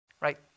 Right